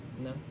No